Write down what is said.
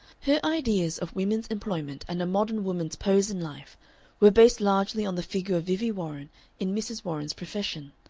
her ideas of women's employment and a modern woman's pose in life were based largely on the figure of vivie warren in mrs. warren's profession.